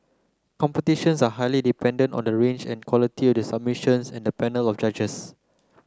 competitions are highly dependent on the range and quality of the submissions and the panel of judges